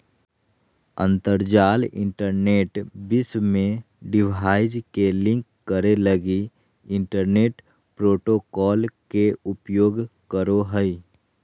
अंतरजाल इंटरनेट विश्व में डिवाइस के लिंक करे लगी इंटरनेट प्रोटोकॉल के उपयोग करो हइ